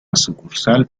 sucursal